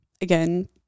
Again